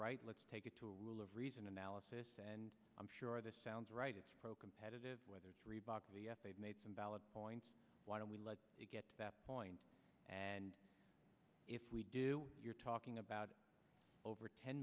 right let's take it to a rule of reason analysis and i'm sure this sounds right it's pro competitive whether it's reebok made some valid points why don't we let it get to that point and if we do you're talking about over ten